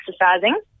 exercising